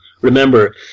Remember